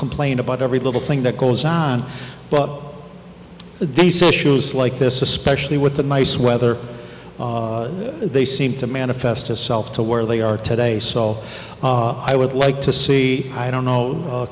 complain about every little thing that goes on but these issues like this especially with the nice weather they seem to manifest itself to where they are today so i would like to see i don't know